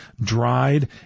dried